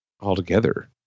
altogether